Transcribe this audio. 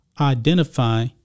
identify